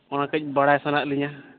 ᱚᱱᱟ ᱠᱟᱹᱡ ᱵᱟᱲᱟᱭ ᱥᱟᱱᱟᱭᱮᱫᱞᱤᱧᱟ